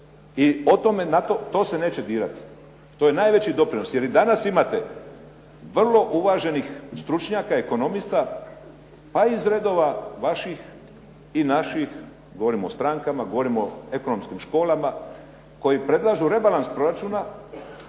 i to se neće dirati. To je najveći doprinos jer i danas imate vrlo uvaženih stručnjaka, ekonomista, pa i iz redova vaših i naših, govorimo o strankama, govorimo o ekonomskim školama koji predlažu rebalans proračuna